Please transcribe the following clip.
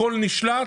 הכול נשלט,